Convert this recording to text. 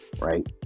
right